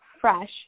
fresh